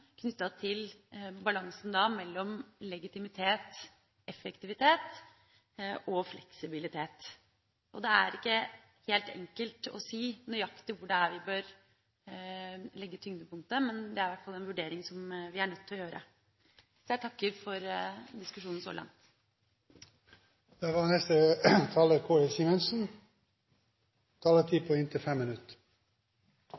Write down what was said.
til balansen mellom legitimitet, effektivitet og fleksibilitet. Det er ikke helt enkelt å si nøyaktig hvor det er vi bør legge tyngdepunktet, men det er i hvert fall en vurdering som vi er nødt til å gjøre. Jeg takker for diskusjonen